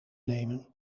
nemen